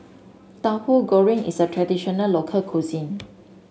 Tahu Goreng is a traditional local cuisine